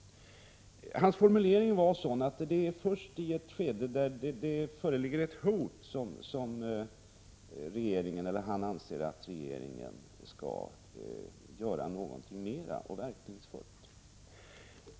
Hans formulering var sådan att han ansåg att det var först i ett skede där det förelåg ett hot som regeringen skulle göra något mera, något verkningsfullt.